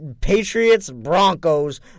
Patriots-Broncos